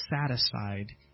satisfied